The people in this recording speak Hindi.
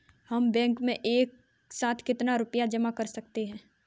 हम बैंक में एक साथ कितना रुपया जमा कर सकते हैं?